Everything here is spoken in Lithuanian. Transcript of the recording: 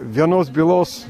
vienos bylos